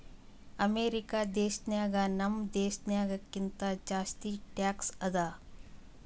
America ದೇಶನಾಗ್ ನಮ್ ದೇಶನಾಗ್ ಕಿಂತಾ ಜಾಸ್ತಿ ಟ್ಯಾಕ್ಸ್ ಅದಾ